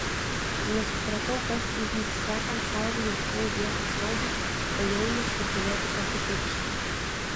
nesupratau kas įvyks tekant saulei ieškojau vietos maldai o jaunius kad galėtų pasipiršti